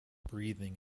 breathing